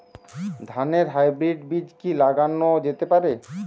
ধানের হাইব্রীড বীজ কি লাগানো যেতে পারে?